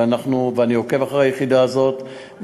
ואני עוקב אחרי היחידה הזאת.